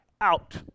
out